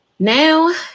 Now